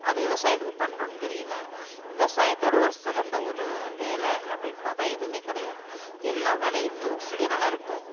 அது விவசாயத்துக்கு பண்றோம்னு தெரியல விவசாயத்தோடு ஒரு சிறந்த ஒரு வேலை அப்படின்னு பார்த்தா எதுவுமே கிடையாது எல்லா வேலைலையுமே ஒரு சுயநலம் இருக்கும்